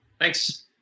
Thanks